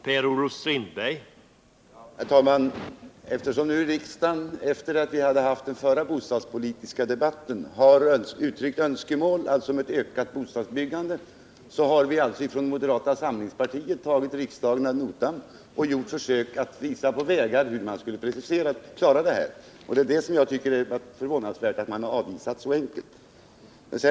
Herr talman! Riksdagen har efter det att vi hade den förra bostadspolitiska debatten uttryckt önskemål om ett ökat bostadsbyggande. Moderata samlingspartiet har tagit riksdagen ad notam och försökt visa på vägar för att genomföra ett ökat bostadsbyggande. Jag tycker det är förvånansvärt att utskottet har avvisat de förslagen så enkelt.